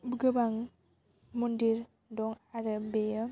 गोबां मन्दिर दं आरो बेयो